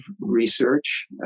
research